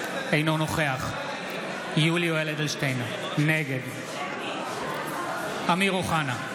אינו נוכח יולי יואל אדלשטיין, נגד אמיר אוחנה,